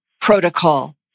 protocol